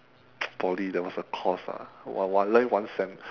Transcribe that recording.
poly there was a course ah I I I learn it one sem